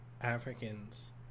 Africans